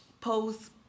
post